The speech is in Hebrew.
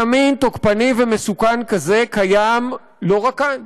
ימין תוקפני ומסוכן כזה קיים לא רק כאן,